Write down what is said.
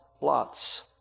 lots